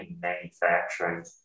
manufacturing